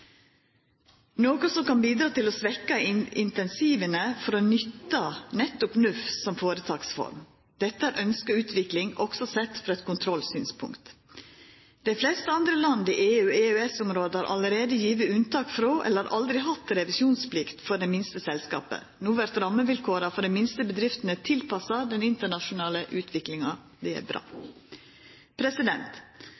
noko som kan bidra til å svekkja insentiva for å nytta nettopp NUF som føretaksform. Dette er ei ønskt utvikling også sett får eit kontrollsynspunkt. Dei fleste andre land i EU/EØS-områda har allereie gjeve unntak frå, eller har aldri hatt, revisjonsplikt for dei minste selskapa. No vert rammevilkåra for dei minste bedriftene tilpassa den internasjonale utviklinga. Det er bra.